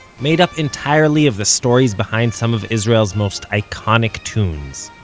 made up entirely of the stories behind some of israel's most iconic tunes.